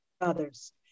others